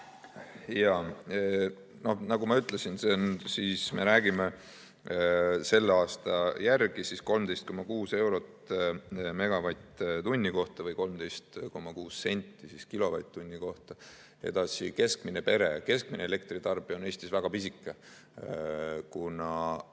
Jaa, nagu ma ütlesin, me räägime selle aasta järgi, siis 13,6 eurot megavatt-tunni kohta või 13,6 senti kilovatt-tunni kohta. Edasi, keskmine pere, keskmine elektritarbija on Eestis väga pisike, kuna